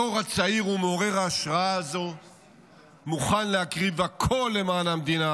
הדור הצעיר ומעורר ההשראה הזה מוכן להקריא הכול למען המדינה,